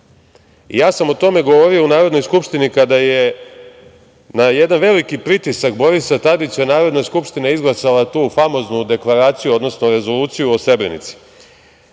o tome sam govorio u Narodnoj skupštini kada je, na jedan veliki pritisak Borisa Tadića, Narodna skupština izglasala tu famoznu deklaraciju, odnosno Rezoluciju o Srebrenici.